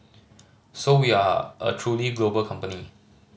so we are a truly global company